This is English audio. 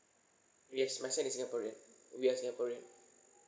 yes my son is singaporean we are singaporean